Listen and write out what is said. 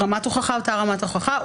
רמת ההוכחה היא אותה רמת ההוכחה.